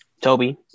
Toby